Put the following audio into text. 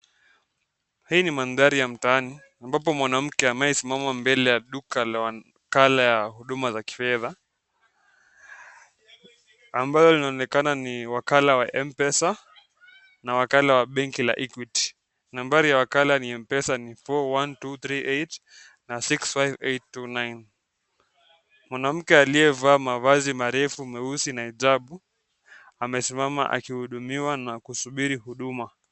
Hii ni madhari ya mtaani, ambapo mwanamke anayesimama mbele ya duka la wakala ya huduma za kifedha. Ambalo linaonekana ni wakala wa Mpesa na wakala wa bengi la Equity. Nambari ya wakala wa Mpesa ni 41238 na 65829. Mwanamke aliyevaa mavazi marefu meusi na ya ajabu amesimama akihudumiwa na kusubiri huduma.